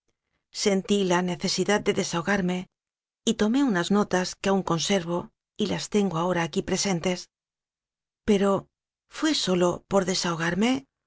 sentí la necesidad de desahogarme y tomé unas notas que aún conservo y las tengo ahora aquí presentes peto fué sólo por desahogarme